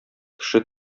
кеше